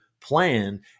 plan